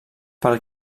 pel